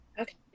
Okay